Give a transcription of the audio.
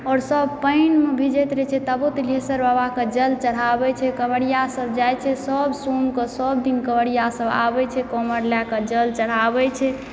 और सब पानि मे भीजैत रहै छै तबो तिल्हेश्वर बाबा के जल चढ़ाबै छै काँवरिया सब जाइ छै सब सोम कऽ सब दिन काँवरिया सब आबै छै काँवर लए कऽ जल चढ़ाबै छै